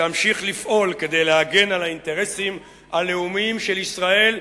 תמשיך לפעול כדי להגן על האינטרסים הלאומיים של ישראל,